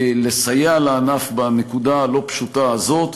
לסייע לענף בנקודה הלא-פשוטה הזאת,